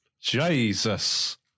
Jesus